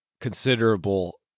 considerable